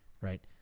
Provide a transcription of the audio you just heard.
Right